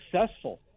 successful